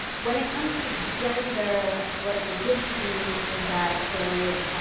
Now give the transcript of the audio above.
when it comes to gender, what i did see was that there was